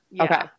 Okay